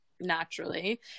naturally